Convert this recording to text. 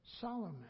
Solomon